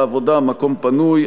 העבודה: מקום פנוי.